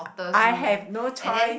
I have no choice